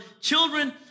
children